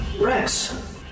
Rex